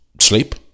sleep